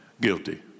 Guilty